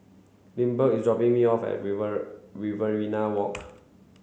Lindbergh is dropping me off at River Riverina Walk